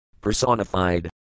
Personified